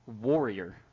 warrior